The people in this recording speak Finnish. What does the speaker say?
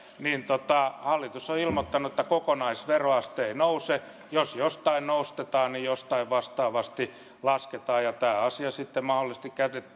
niin hallitus on ilmoittanut että kokonaisveroaste ei nouse jos jostain nostetaan niin jostain vastaavasti lasketaan tämä asia sitten mahdollisesti